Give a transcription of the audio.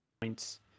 points